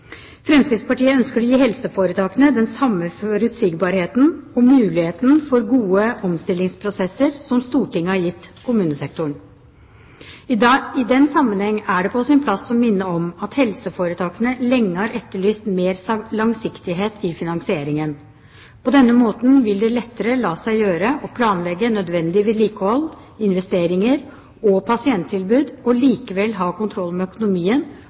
Fremskrittspartiet ønsker å gi helseforetakene den samme forutsigbarheten og den samme muligheten til gode omstillingsprosesser som Stortinget har gitt kommunesektoren. I den sammenheng er det på sin plass å minne om at helseforetakene lenge har etterlyst mer langsiktighet i finansieringen. På denne måten vil det lettere la seg gjøre å planlegge nødvendig vedlikehold, investeringer og pasienttilbud og likevel ha kontroll med økonomien